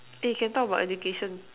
eh can talk about education